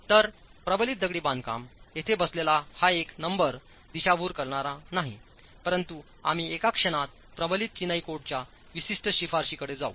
तर प्रबलित दगडी बांधकाम येथे बसलेला हा एक नंबर दिशाभूल करणारा नाही परंतु आम्हीएका क्षणातप्रबलित चिनाईकोडच्याविशिष्ट शिफारशीकडे जाऊ